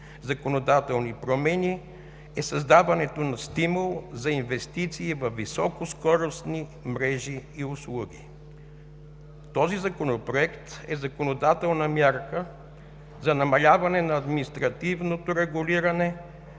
законодателни промени е създаването на стимул за инвестиции във високоскоростни мрежи и услуги. Този законопроект е законодателна мярка за намаляване на административното регулиране